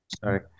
Sorry